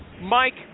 Mike